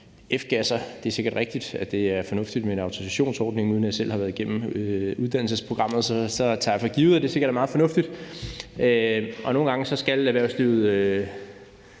F-gasser. Det er sikkert rigtigt, at det er fornuftigt med en autorisationsordning. Uden at jeg selv har været igennem uddannelsesprogrammet, tager jeg for givet, at det sikkert er meget fornuftigt. Nogle gange skal erhvervslivet